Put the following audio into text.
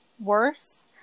worse